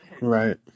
Right